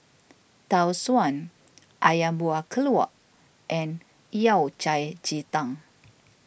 Tau Suan Ayam Buah Keluak and Yao Cai Ji Tang